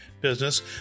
business